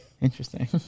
Interesting